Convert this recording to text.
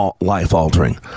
life-altering